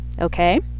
okay